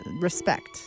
respect